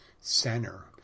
center